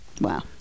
Wow